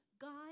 God